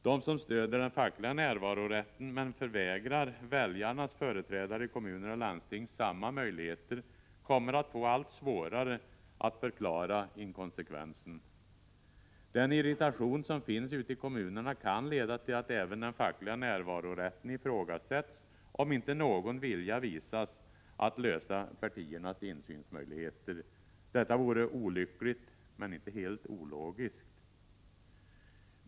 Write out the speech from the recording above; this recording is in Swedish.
De som stöder den fackliga närvarorätten men förvägrar väljarnas företrädare i kommuner och landsting samma möjligheter kommer att få allt svårare att förklara inkonsekvensen. Den irritation som finns ute i kommunerna kan leda till att även den fackliga närvarorätten ifrågasätts, om inte någon vilja visas att lösa problemet med partiernas möjligheter till insyn. Detta vore olyckligt, men inte helt ologiskt.